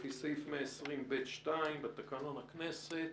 לפי סעיף 120(ב)(2) בתקנון הכנסת.